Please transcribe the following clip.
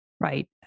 Right